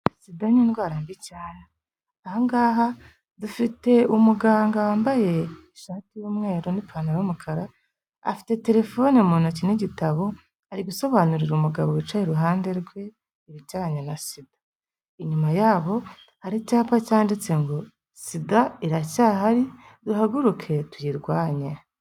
Sida ni indwara mbi cyane, aha ngaha dufite umuganga wambaye ishati y'umweru n'ipantaro y'umukara, afite telefone mu ntoki n'igitabo ari gusobanurira umugabo wicaye iruhande rwe ibijyanye na sida, inyuma yabo hari icyapa cyanditse ngo: "Sida iracyahari duhaguruke tuyirwanye".